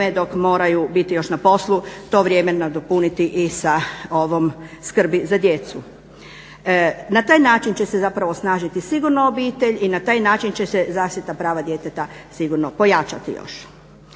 dok moraju biti još na poslu to vrijeme nadopuniti i sa ovom skrbi za djecu. Na taj način će se zapravo osnažiti sigurno obitelj i na taj način će se zaštita prava djeteta sigurno pojačati još.